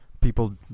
people